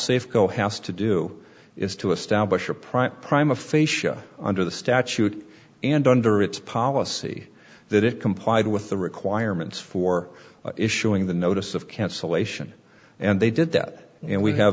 safe go house to do is to establish a private prime a facia under the statute and under its policy that it complied with the requirements for issuing the notice of cancellation and they did that and we have